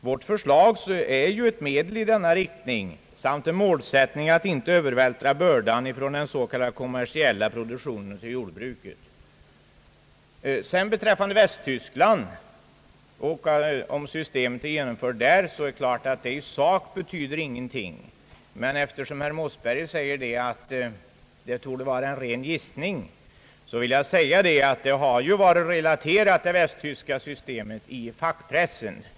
Vårt förslag är ju ett medel i denna riktning och en målsättning att inte övervältra bördan från den s.k. kommersiella produktionen till jordbruket. Om systemet är genomfört i Västtyskland, så betyder detta givetvis i sak ingenting, men eftersom herr Mossberger gör gällande att den uppgiften var en ren gissning, så vill jag påpeka att det systemet har relaterats i fackpressen.